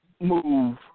move –